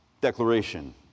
declaration